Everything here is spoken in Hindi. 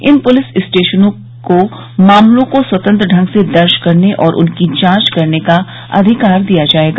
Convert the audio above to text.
इन पुलिस स्टेशनों को मामलों को स्वतंत्र ढंग से दर्ज करने और उनकी जांच करने का अधिकार दिया जाएगा